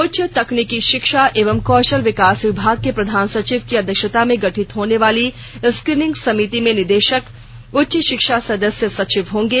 उच्च तकनीकी शिक्षा एवं कौशल विकास विभाग के प्रधान सचिव की अध्यक्षता में गठित होनेवाली स्क्रीनिंग समिति में निदेशक उच्च शिक्षा सदस्य सचिव होंगे